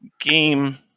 game